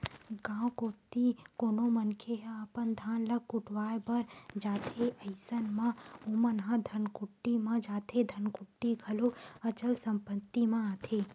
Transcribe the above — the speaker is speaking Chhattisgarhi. गाँव कोती कोनो मनखे ह अपन धान ल कुटावय बर जाथे अइसन म ओमन ह धनकुट्टीच म जाथे धनकुट्टी घलोक अचल संपत्ति म आथे